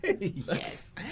Yes